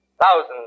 Thousands